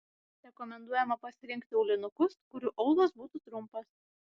rekomenduojama pasirinkti aulinukus kurių aulas būtų trumpas